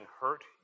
hurt